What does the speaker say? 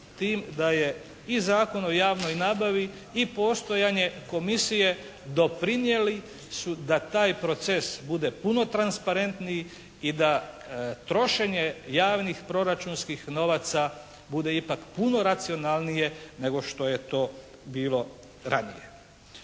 tim da je i Zakon o javnoj nabavi i postojanje komisije doprinijeli su da taj proces bude puno transparentniji. I da trošenje javnih proračunskih novaca bude ipak puno racionalnije nego što je to bilo ranije.